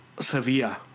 Sevilla